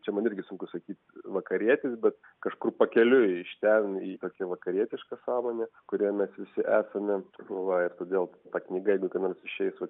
čia man irgi sunku sakyti vakarietis bet kažkur pakeliui iš ten į tokią vakarietišką sąmonę kurioje mes visi esame va ir todėl knyga jeigu kada nors išeis